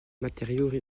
matériaux